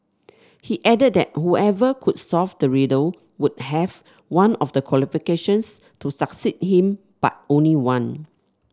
he added that whoever could solve the riddle would have one of the qualifications to succeed him but only one